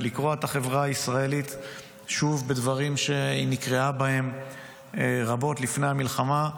לקרוע את החברה הישראלית שוב בדברים שהיא נקרעה בהם רבות לפני המלחמה,